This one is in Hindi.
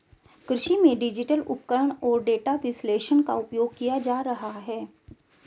कृषि में डिजिटल उपकरण और डेटा विश्लेषण का उपयोग किया जा रहा है